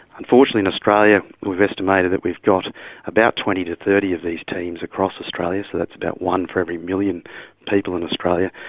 unfortunately in australia we've estimated that we've got about twenty to thirty of these teams across australia, so that's about one for every million people in australia,